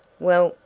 well,